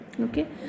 Okay